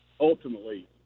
ultimately